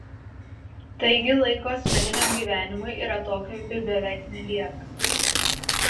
taigi laiko asmeniniam gyvenimui ir atokvėpiui beveik nelieka